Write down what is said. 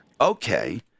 Okay